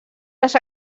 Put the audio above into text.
les